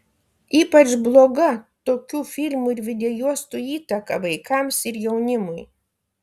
ypač bloga tokių filmų ar videojuostų įtaka vaikams ir jaunimui